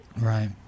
right